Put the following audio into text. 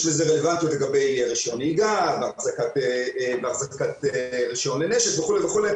לזה רלוונטיות לגבי רישיון נהיגה ואחזקת רישיון לנשק וכולי,